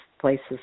places